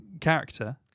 character